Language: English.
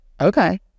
okay